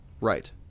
Right